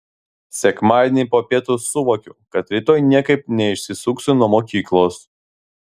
sekmadienį po pietų suvokiu kad rytoj niekaip neišsisuksiu nuo mokyklos